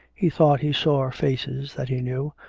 he thought he saw faces that he knew,